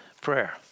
prayer